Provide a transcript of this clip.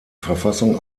verfassung